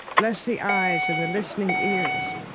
bless the eyes and the listening ears.